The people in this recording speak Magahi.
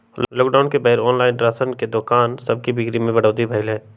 लॉकडाउन के बेर ऑनलाइन राशन के दोकान सभके बिक्री में बढ़ोतरी भेल हइ